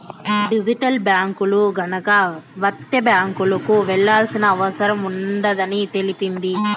digital బ్యాంకులు గనక వత్తే బ్యాంకులకు వెళ్లాల్సిన అవసరం ఉండదని తెలిపింది